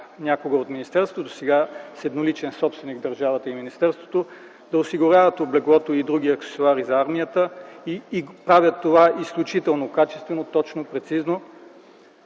някога от министерството сега с едноличен собственик – държавата и министерството, да осигуряват облеклото и други аксесоари за армията и правят това изключително качествено, точно, прецизно